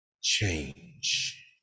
change